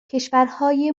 کشورهای